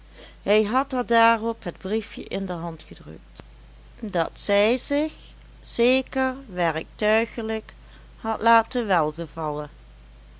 hij had haar daarop het briefjen in de hand gedrukt dat zij zich zeker werktuigelijk had laten welgevallen